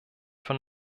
von